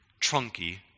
Trunky